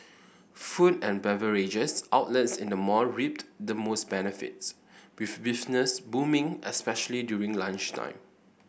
food and beverages outlets in the mall reaped the most benefits with business booming especially during lunchtime